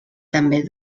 també